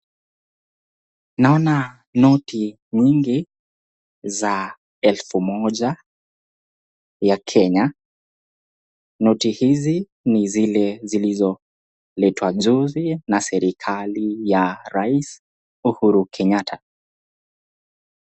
Nona noti mingi za elfu moja ya kenya noti hizi ni zile zilizo letwa juzi na serekali ya rais uhuru kenyatta.